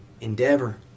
endeavor